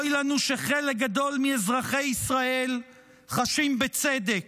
אוי לנו שחלק גדול מאזרחי ישראל חשים, בצדק,